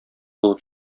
булып